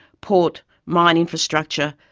port, mine infrastructure,